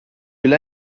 will